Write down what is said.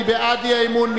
מי בעד האי-אמון?